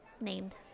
named